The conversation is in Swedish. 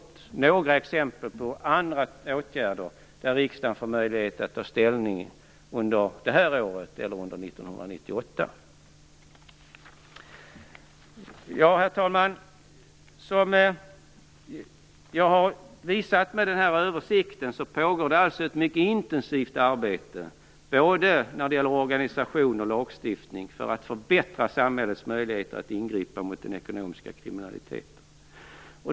Detta är några exempel på andra åtgärder där riksdagen får möjlighet att ta ställning under det här året eller under 1998. Herr talman! Som jag har visat med denna översikt pågår det ett mycket intensivt arbete när det gäller både organisation och lagstiftning för att förbättra samhällets möjligheter att ingripa mot den ekonomiska kriminaliteten.